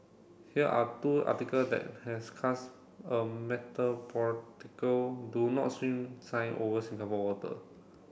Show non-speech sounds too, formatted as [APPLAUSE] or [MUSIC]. here are two article that has cast a [UNINTELLIGIBLE] do not swim sign over Singapore water